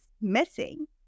missing